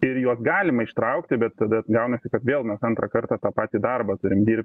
ir juos galima ištraukti bet tada gaunasi kad vėl mes antrą kartą tą patį darbą turim dirbt